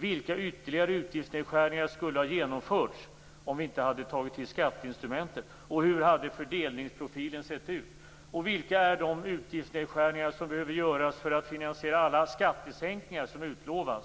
Vilka ytterligare utgiftsnedskärningar skulle ha genomförts om vi inte tagit till skatteinstrumentet? Hur hade fördelningsprofilen sett ut? Vilka är de utgiftsnedskärningar som behöver göras för att finansiera alla skattesänkningar som utlovas